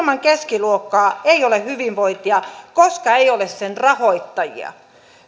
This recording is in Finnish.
keskiluokkaa ei ole hyvinvointia koska ei ole sen rahoittajia